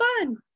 fun